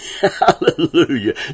hallelujah